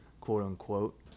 quote-unquote